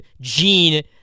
gene